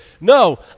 No